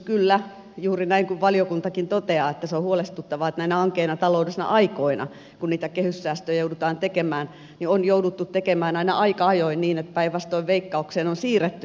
kyllä juuri näin kuten valiokuntakin toteaa se on huolestuttavaa että näinä ankeina taloudellisina aikoina kun kehyssäästöjä joudutaan tekemään on jouduttu tekemään aina aika ajoin niin että päinvastoin veikkaukseen on siirretty budjettimenoja